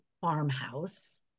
farmhouse